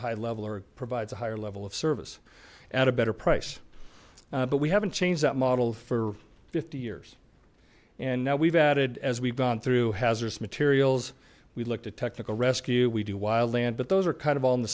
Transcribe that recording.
high level or provides a higher level of service at a better price but we haven't changed that model for fifty years and now we've added as we've gone through hazardous materials we looked at technical rescue we do wild land but those are kind of